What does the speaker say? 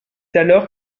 alors